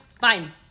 fine